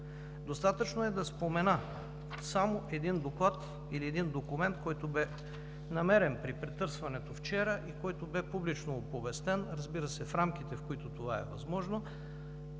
Достатъчно е да спомена само един доклад или един документ, който бе намерен при претърсването вчера и който бе публично оповестен, разбира се, в рамките, в които това е възможно,